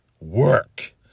work